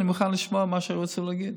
אני מוכן לשמוע מה שהם רצו להגיד,